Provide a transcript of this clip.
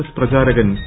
S പ്രചാരകൻ P